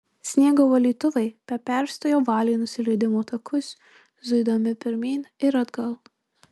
sniego valytuvai be perstojo valė nusileidimo takus zuidami pirmyn ir atgal